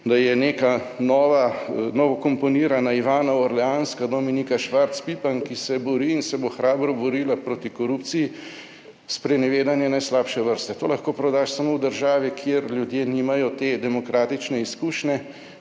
da je neka nova, novokomponirana Ivana Orleanska Dominika Švarc Pipan, ki se bori in se bo hrabro borila proti korupciji, sprenevedanje najslabše vrste. To lahko prodaš samo v državi, kjer ljudje nimajo te demokratične izkušnje